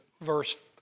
verse